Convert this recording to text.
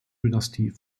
dynastie